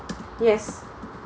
yes